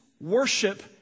worship